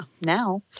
now